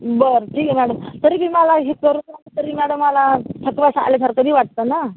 बरं ठीक आहे मॅडम तरी बी मला ही करू वाटलं तरी माझं मला थकवा आल्यासारखं बी वाटतं ना